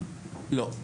לא.